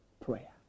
prayer